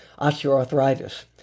osteoarthritis